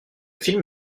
film